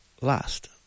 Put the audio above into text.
last